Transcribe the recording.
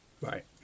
Right